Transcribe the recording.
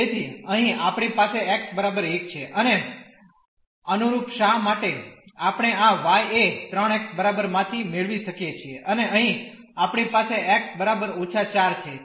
તેથી અહીં આપણી પાસે x બરાબર 1 છે અને અનુરૂપ શા માટે આપણે આ y એ3 x બરાબર માંથી મેળવી શકીએ છીએ અને અહીં આપણી પાસે x બરાબર −4 છે